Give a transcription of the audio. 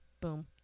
Boom